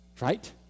right